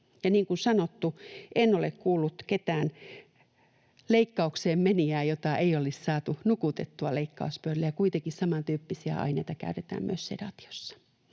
niin kuin sanottu, en ole kuullut kenestäkään leikkaukseen menijästä, jota ei olisi saatu nukutettua leikkauspöydälle, ja kuitenkin samantyyppisiä aineita käytetään myös sedaatiossa.